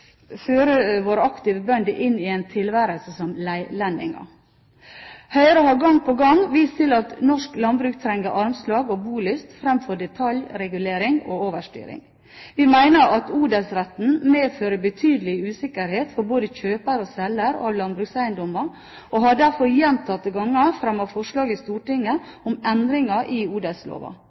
fører våre aktive bønder inn i en tilværelse som leilendinger. Høyre har gang på gang vist til at norsk landbruk trenger armslag og bolyst framfor detaljregulering og overstyring. Vi mener at odelsretten medfører betydelig usikkerhet for både kjøper og selger av landbrukseiendommer, og har derfor gjentatte ganger fremmet forslag i Stortinget om endringer i